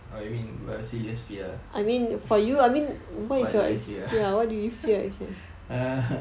oh you mean my silliest fear ah what do I fear ah err